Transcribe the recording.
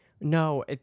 No